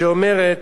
שאומרת,